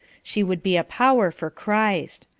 she would be a power for christ.